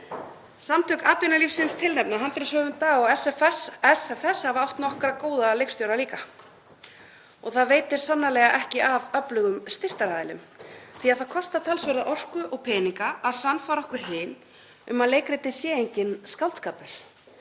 Samtök atvinnulífsins tilnefna handritshöfunda og SFS hafa átt nokkra góða leikstjóra líka. Og það veitir sannarlega ekki af öflugum styrktaraðilum því það kostar talsverða orku og peninga að sannfæra okkur hin um að leikritið sé enginn skáldskapur